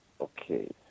Okay